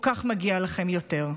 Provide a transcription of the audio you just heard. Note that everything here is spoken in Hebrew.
כל כך מגיע לכם יותר.